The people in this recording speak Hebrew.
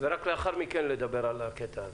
ורק לאחר מכן לדבר על הקטע הזה.